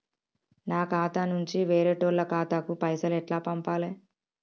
నా ఖాతా నుంచి వేరేటోళ్ల ఖాతాకు పైసలు ఎట్ల పంపాలే?